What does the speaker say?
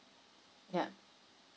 yeah